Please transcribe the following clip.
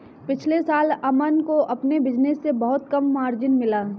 पिछले साल अमन को अपने बिज़नेस से बहुत कम मार्जिन मिला